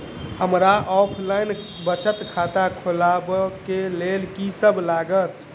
हमरा ऑफलाइन बचत खाता खोलाबै केँ लेल की सब लागत?